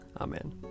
Amen